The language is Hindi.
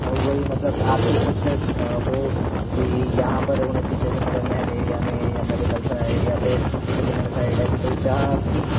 हाँ वही मतलब आपके कुछ वो कि यहाँ पर होना चाहिए जैसे मतलब नहेल एरिया में या मेडिकल साइड या फिर विजयनगर साइड ऐसी कोई चाह आपकी